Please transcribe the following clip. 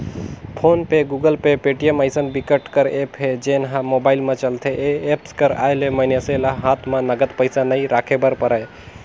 phone pay, Google pay, Paytm अइसन बिकट कर ऐप हे जेन ह मोबाईल म चलथे ए एप्स कर आए ले मइनसे ल हात म नगद पइसा नइ राखे बर परय